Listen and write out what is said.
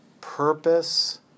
purpose